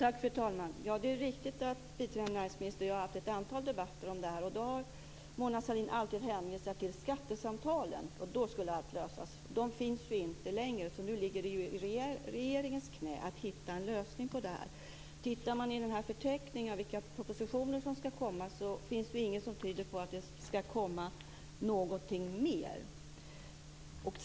Fru talman! Det är riktigt att biträdande näringsministern och jag har haft ett antal debatter om detta. Då har Mona Sahlin alltid hänvisat till skattesamtalen, och då skulle allting lösas. De finns inte längre, så nu ligger det i regeringens knä att hitta en lösning på frågan. I förteckningen över vilka propositioner som ska komma finns det inget som tyder på att det ska komma någonting mer.